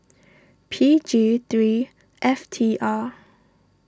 P G three F T R